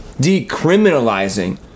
decriminalizing